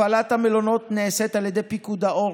הפעלת המלונות נעשית על ידי פיקוד העורף,